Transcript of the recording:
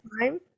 time